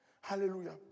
Hallelujah